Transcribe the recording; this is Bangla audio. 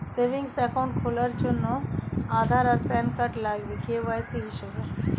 সেভিংস অ্যাকাউন্ট খোলার জন্যে আধার আর প্যান কার্ড লাগবে কে.ওয়াই.সি হিসেবে